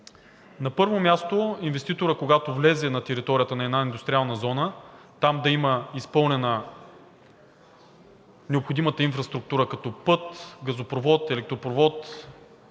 На първо място, инвеститорът, когато влезе на територията на една индустриална зона, да има изпълнена необходимата инфраструктура като път, газопровод, електропровод,